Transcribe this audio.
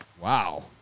Wow